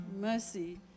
mercy